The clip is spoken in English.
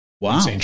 Wow